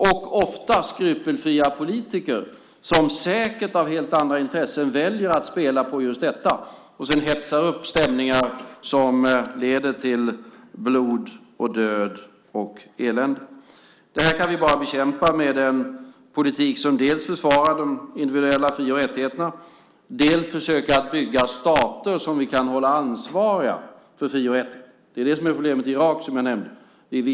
Det är ofta skrupelfria politiker som säkert på grund av helt andra intressen väljer att spela på just detta och hetsar upp stämningar som leder till blod, död och elände. Det här kan vi bara bekämpa med en politik som dels försvarar de individuella fri och rättigheterna, dels försöker bygga stater som vi kan hålla ansvariga för fri och rättigheter. Det är det som är problemet i Irak, som jag nämnde.